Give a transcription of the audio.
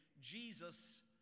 Jesus